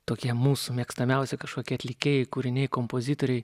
tokie mūsų mėgstamiausi kažkokie atlikėjai kūriniai kompozitoriai